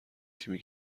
تیمی